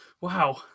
Wow